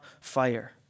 fire